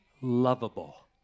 lovable